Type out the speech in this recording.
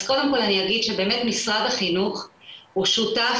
אז קודם כל אני אגיד שבאמת משרד החינוך הוא שותף